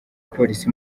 polisi